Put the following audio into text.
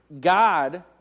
God